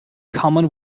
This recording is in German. common